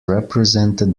represented